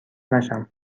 نشم